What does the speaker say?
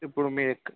ఇప్పుడు మీరు ఎక్కడ